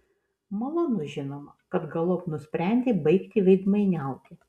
malonu žinoma kad galop nusprendei baigti veidmainiauti